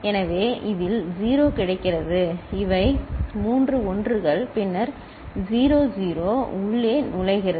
எனவே இதில் 0 கிடைக்கிறது இவை மூன்று 1 கள் பின்னர் 0 0 உள்ளே நுழைகிறது